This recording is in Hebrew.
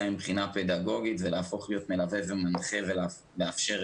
מבחינה פדגוגית ולהפוך ולהיות מלווה ומנחה ולאפשר